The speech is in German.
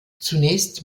zunächst